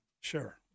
Sure